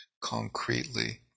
concretely